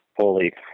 fully